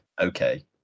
okay